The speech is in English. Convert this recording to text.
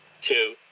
two